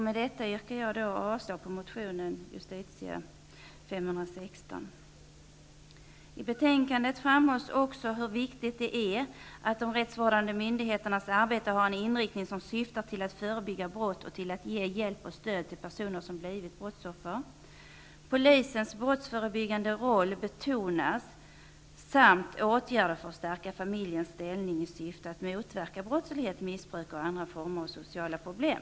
Med detta yrkar jag avslag på motion I betänkandet framhålls också hur viktigt det är att de rättsvårdande myndigheternas arbete har en inriktning som syftar till att förebygga brott och till att ge hjälp och stöd till personer som blivit brottsoffer. Polisens brottsförebyggande roll betonas samt åtgärder för att stärka familjens ställning i syfte att motverka brottslighet, missbruk och andra former av sociala problem.